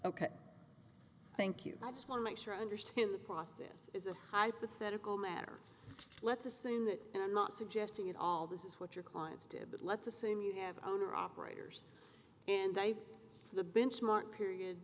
ok thank you i just want to make sure i understand the process is a hypothetical matter let's assume that i'm not suggesting at all this is what your clients do but let's assume you have owner operators and by the benchmark period